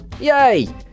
Yay